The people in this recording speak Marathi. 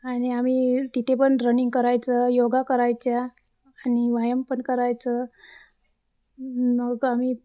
आणि आम्ही तिथे पण रनिंग करायचं योगा करायच्या आणि व्यायाम पण करायचं मग आम्ही